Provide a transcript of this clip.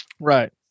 right